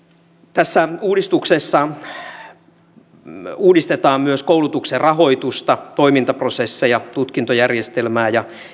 tässä uudistuksessa uudistetaan myös koulutuksen rahoitusta toimintaprosesseja tutkintojärjestelmää ja